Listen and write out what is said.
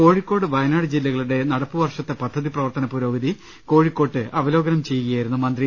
Kozhikode Wayanad ജില്ലകളുടെ നടപ്പുവർഷത്തെ പദ്ധതി പ്രവർത്തന പുരോഗതി കോഴി ക്കോട്ട് അവലോകനം ചെയ്യുകയായിരുന്നു മന്ത്രി